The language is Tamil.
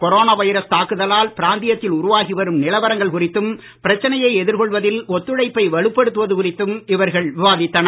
கொரோனா வைரஸ் தாக்குதலால் பிராந்தியத்தில் உருவாகி வரும் நிலவரங்கள் குறித்தும் பிரச்சனையை எதிர்கொள்வதில் ஒத்துழைப்பை வலுப்படுத்துவது குறித்தும் இவர்கள் விவாதித்தனர்